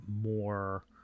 more